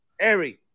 Eric